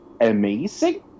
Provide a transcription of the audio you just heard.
amazing